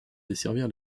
desservir